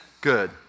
Good